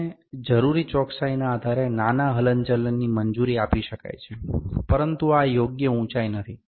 અમને જરૂરી ચોકસાઈના આધારે નાના હલનચલનની મંજૂરી આપી શકાય છે પરંતુ આ યોગ્ય ઉંચાઇ નથી